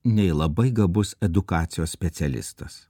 nei labai gabus edukacijos specialistas